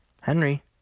Henry